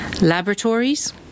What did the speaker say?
laboratories